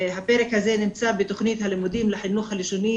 הפרק הזה נמצא בתוכנית הלימודים לחינוך הלשוני